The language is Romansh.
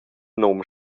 num